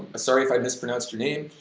sorry if i mispronounced your name.